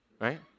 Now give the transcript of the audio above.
right